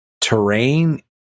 terrain